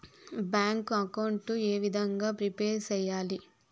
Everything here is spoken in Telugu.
బ్యాంకు అకౌంట్ ఏ విధంగా ప్రిపేర్ సెయ్యాలి?